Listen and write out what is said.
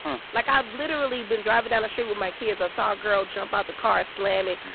like, i've literally been driving down the street with my kids. i saw a girl jump out the car, slam it.